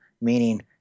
Meaning